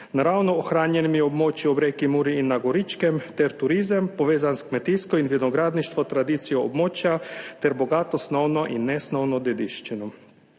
naravno ohranjenimi območji ob reki Muri in na Goričkem ter turizem, povezan s kmetijsko in vinogradništvo tradicijo območja ter bogato snovno in nesnovno dediščino.